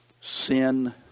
sin